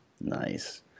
Nice